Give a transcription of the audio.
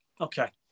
okay